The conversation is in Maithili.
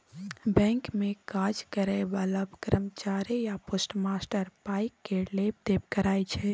बैंक मे काज करय बला कर्मचारी या पोस्टमास्टर पाइ केर लेब देब करय छै